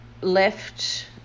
left